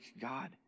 God